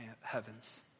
heavens